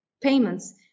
payments